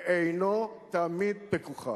ועינו תמיד פקוחה.